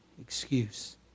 excuse